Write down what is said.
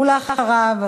ואחריו,